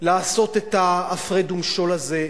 לעשות את ההפרד ומשול הזה.